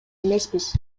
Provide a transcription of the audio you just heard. эмеспиз